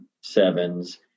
sevens